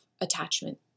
attachment